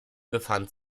befand